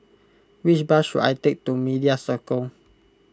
which bus should I take to Media Circle